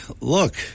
look